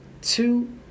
two